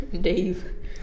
Dave